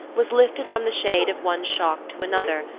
was lifted from the shade of one shock to another,